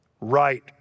right